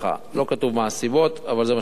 לא כתוב מה הסיבות אבל זה מה שכתוב.